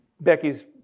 Becky's